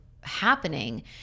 happening